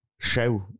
show